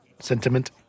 sentiment